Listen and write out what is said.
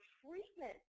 treatment